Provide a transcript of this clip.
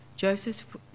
Joseph